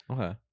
Okay